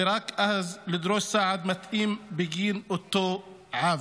ורק אז לדרוש סעד מתאים בגין אותו עוול.